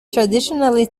traditionally